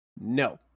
No